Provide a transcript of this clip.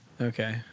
Okay